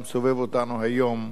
המסובב אותנו היום,